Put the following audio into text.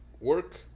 Work